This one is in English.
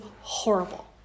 horrible